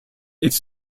its